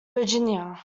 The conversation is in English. virginia